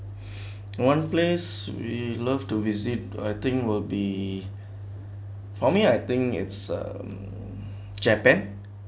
one place we love to visit I think will be for me I think it's um japan